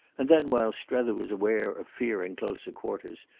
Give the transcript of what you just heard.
and then, while strether was aware of fearing closer quarters,